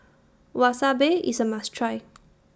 Wasabi IS A must Try